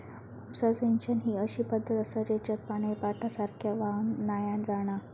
उपसा सिंचन ही अशी पद्धत आसा जेच्यात पानी पाटासारख्या व्हावान नाय जाणा